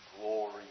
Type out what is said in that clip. glory